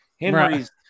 Henry's –